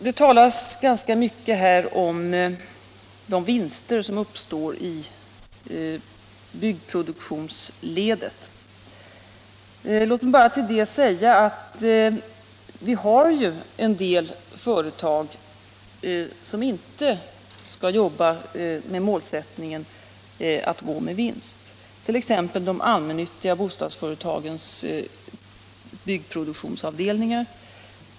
Det talas ganska mycket här om vinster som uppstår i byggproduktionsledet. Låt mig bara till det säga att vi har en hel del företag som inte har målsättningen att gå med vinst, t.ex. de allmännyttiga bostadsföretagens byggproduktionsavdelningar.